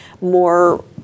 more